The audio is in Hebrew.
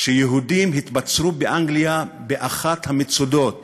שיהודים התבצרו באנגליה באחת המצודות